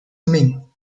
min